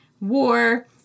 war